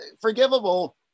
forgivable